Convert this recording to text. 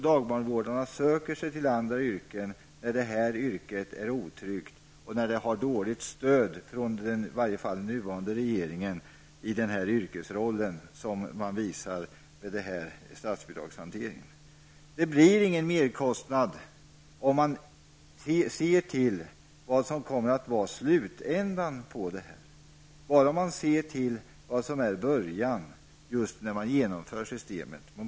Dagbarnvårdarna söker sig till andra yrken när de upplever sitt yrke som otryggt och när de får dåligt stöd från den nuvarande regeringen i sin yrkesroll på det sätt som regeringen har visat med den här statsbidragshanteringen. Det blir inte någon merkostnad, om man ser till slutändan. Nu ser man bara till början, just när man genomför systemet.